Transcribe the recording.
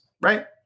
right